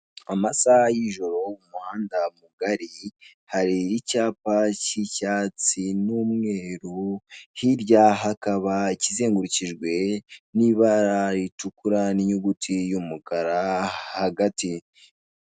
Amasaha y' ijoro umuhanda mugari hari icyapa cy' icyatsi n' umweru ,hirya hakaba ikizengurukijwe, nibara ritukura n'inyuguti y' umukara ,hagati ...